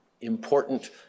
important